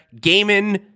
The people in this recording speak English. gaming